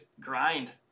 grind